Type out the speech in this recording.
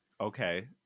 Okay